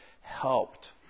helped